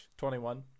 21